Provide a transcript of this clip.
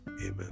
Amen